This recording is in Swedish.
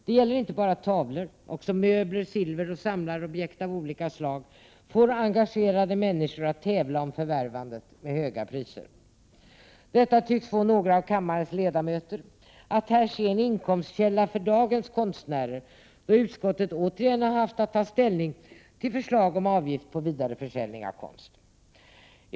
Det gäller inte bara tavlor — också möbler, silver och samlarobjekt av olika slag får engagerade människor att tävla om förvärvandet med höga priser. Detta tycks få några av kammarens ledamöter att här se en inkomstkälla för dagens konstnärer, då utskottet återigen har haft att ta ställning till förslag om avgift på vidareförsäljning av konst.